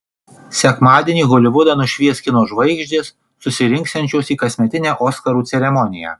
sekmadienį holivudą nušvies kino žvaigždės susirinksiančios į kasmetinę oskarų ceremoniją